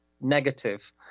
negative